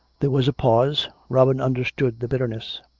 there was a pause. robin understood the bitter ness.